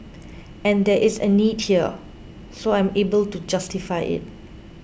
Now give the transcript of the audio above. and there is a need here so I'm able to justify it